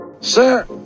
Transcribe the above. Sir